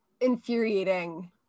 infuriating